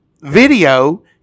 video